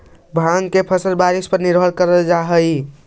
भाँग के फसल बारिश पर निर्भर करऽ हइ